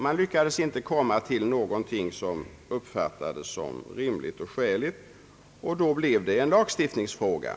Man lyckades dock inte komma fram till någonting som uppfattades som rimligt och skäligt, och då blev det en lagstiftningsfråga.